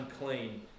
unclean